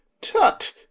Tut